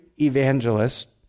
evangelist